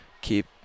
keep